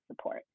support